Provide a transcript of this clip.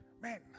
man